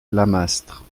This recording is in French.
lamastre